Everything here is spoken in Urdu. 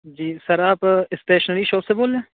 جی سر آپ اسٹیشنری شاپ سے بول رہے ہیں